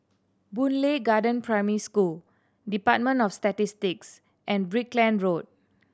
Boon Lay Garden Primary School Department of Statistics and Brickland Road